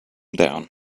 down